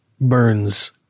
Burns